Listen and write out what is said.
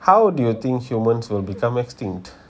how do you think humans will become extinct